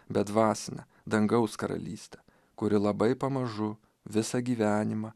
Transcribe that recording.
bet dvasinė dangaus karalystė kuri labai pamažu visą gyvenimą